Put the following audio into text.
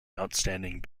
outstanding